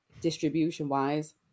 distribution-wise